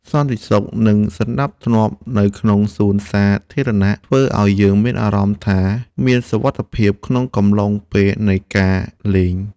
សន្តិសុខ និងសណ្តាប់ធ្នាប់នៅក្នុងសួនច្បារសាធារណៈធ្វើឱ្យយើងមានអារម្មណ៍ថា មានសុវត្ថិភាពក្នុងកំឡុងពេលនៃការលេង។